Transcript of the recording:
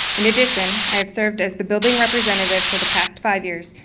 in addition, i have served as the building representative for the past five years,